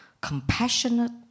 compassionate